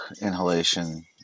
inhalation